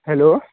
hello